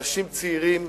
אנשים צעירים,